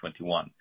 2021